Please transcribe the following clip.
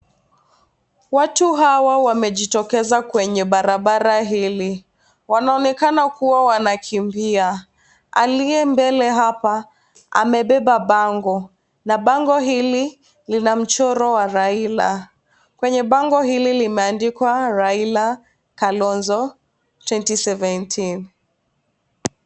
Watu hawa wamejitokeza kwenye barabara hili wanaonekana kuwa wanakimbia ,aliye mbele hapa amebeba bango na bango hili Lina mchoro wa Raila . Kwenye bango hili limeandikwa Raila, Kalonzo 2017.